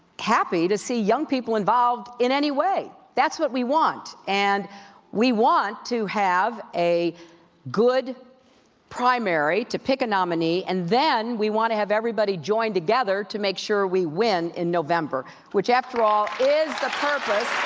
happy to see young people involved in any way. that's what we want and we want to have a good primary to pick a nominee and then we want to have everybody join together to make sure we win in november which, after all, is the purpose